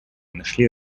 нашли